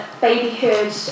babyhood